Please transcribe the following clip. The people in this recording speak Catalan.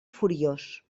furiós